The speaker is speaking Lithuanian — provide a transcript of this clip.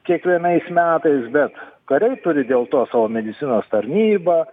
kiekvienais metais bet kariai turi dėl to savo medicinos tarnybą